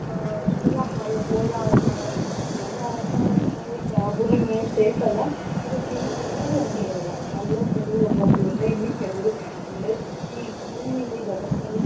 ಎಲ್ಲ ಹಾಲು ಓಲಾ ಆಟೋನೋ ಓಲಾ ಆಟೋ ಮತ್ತು ಕ್ಯಾಬ್ನೂ ಏನು ಸೇಫ್ ಅಲ್ಲ ಆದರೆ ಕೆಲ್ ಎಲ್ಲರೂ ಹಾಗೆ ಇರಲ್ಲ ಎಲ್ಲೋ ಕೆಲವರು ಒಬ್ಬಬ್ಬರು ಅಂದರೆ ಇನ್ನು ಕೆಲವರು ಒಳ್ಳೆಯ ಜೀ ಭೂಮಿಯಲ್ಲಿ ಜಗತ್ತಲ್ಲಿ